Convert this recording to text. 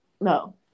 no